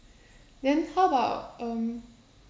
then how about um